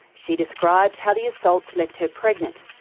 she described how the assaults left her pregnant.